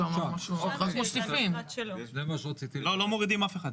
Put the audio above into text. לא, לא מורידים אף אחד.